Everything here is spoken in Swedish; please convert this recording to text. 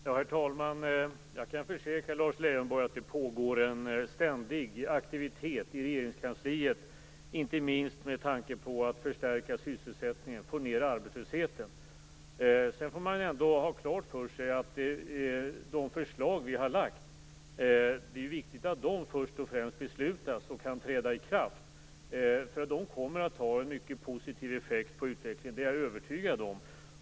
Herr talman! Jag kan försäkra Lars Leijonborg att det pågår en ständig aktivitet i Regeringskansliet, inte minst med tanke på att man skall förstärka sysselsättningen och få ned arbetslösheten. Sedan får man ändå ha klart för sig att det är viktigt att man först och främst fattar beslut om de förslag som vi har lagt fram, så att de kan träda i kraft. De kommer att ha en mycket positiv effekt på utvecklingen. Det är jag övertygad om.